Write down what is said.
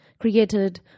created